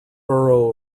borough